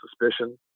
suspicion